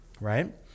right